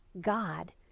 God